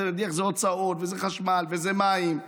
ומדיח זה הוצאות, וזה חשמל, וזה מים,